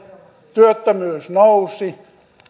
työttömyys nousi